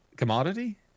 Commodity